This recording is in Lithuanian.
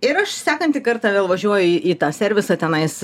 ir aš sekantį kartą vėl važiuoju į tą servisą tenais